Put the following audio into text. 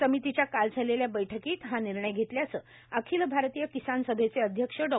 समितीच्या काल झालेल्या बैठकीत हा निर्णय घेतल्याचं अखिल भारतीय किसान सभेचे अध्यक्ष डॉ